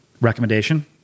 recommendation